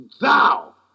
thou